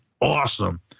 awesome